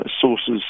sources